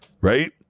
right